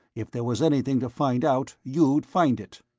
if there was anything to find out, you'd find it.